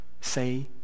say